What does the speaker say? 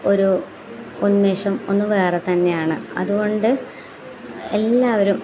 ഒരു ഉന്മേഷം ഒന്ന് വേറെ തന്നെയാണ് അതുകൊണ്ട് എല്ലാവരും